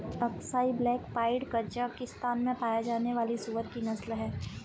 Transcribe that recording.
Aksai black pied Kazakhstan में पाया जाने वाली सूअर की नस्ल है